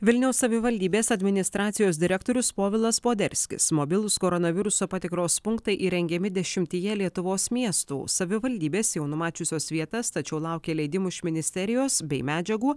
vilniaus savivaldybės administracijos direktorius povilas poderskis mobilūs koronaviruso patikros punktai įrengiami dešimtyje lietuvos miestų savivaldybės jau numačiusios vietas tačiau laukia leidimų iš ministerijos bei medžiagų